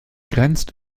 grenzt